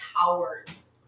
towers